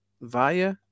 via